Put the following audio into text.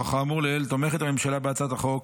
נוכח האמור לעיל, הממשלה תומכת בהצעת החוק